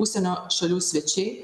užsienio šalių svečiai